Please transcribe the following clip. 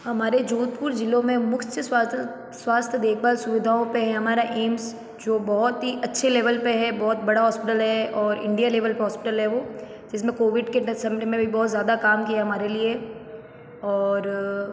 हमारे जोधपुर जिलों में मुख्य स्वास्थ्य स्वास्थ्य देखभाल सुविधाओं पर है हमारा एम्स जो बहुत ही अच्छे लेवल पर है बहुत बड़ा हॉस्पिटल है और इंडिया लेवल पर हॉस्पिटल है वो जिसमें कोविड के बहुत के समय में भी बहुत ज़्यादा काम किया हमारे लिए और